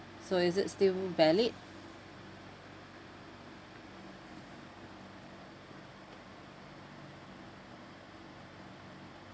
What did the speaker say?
so is it still valid